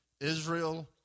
Israel